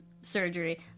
surgery